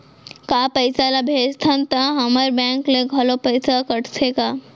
का पइसा ला भेजथन त हमर बैंक ले घलो पइसा कटथे का?